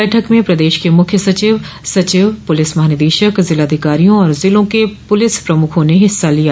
बैठक में प्रदेश के मुख्य सचिव सचिव पुलिस महानिदेशक जिलाधिकारियों और जिलों के पुलिस प्रमुखों ने हिस्सा लिया